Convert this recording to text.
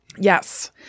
Yes